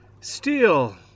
Steel